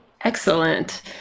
Excellent